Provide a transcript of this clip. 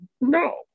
no